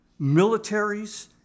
militaries